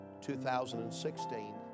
2016